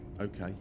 Okay